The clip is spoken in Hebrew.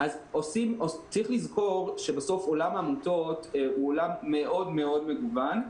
צריך לזכור שעולם העמותות הוא עולם מאוד מאוד מגוון.